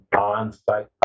on-site